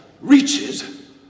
reaches